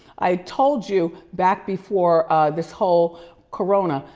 i told you, back before this whole corona,